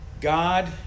God